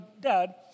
dad